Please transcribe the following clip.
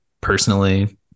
personally